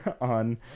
on